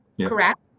correct